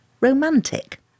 romantic